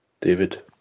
David